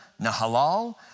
Nahalal